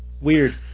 weird